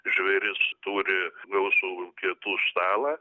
žvėris turi gausų pietų stalą